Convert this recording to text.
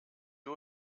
sie